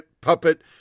puppet